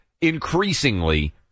increasingly